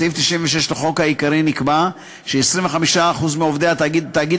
בסעיף 96 לחוק העיקרי נקבע ש-25% מעובדי תאגיד